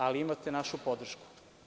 Ali, imate našu podršku.